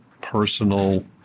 personal